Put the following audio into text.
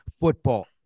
football